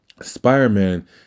Spider-Man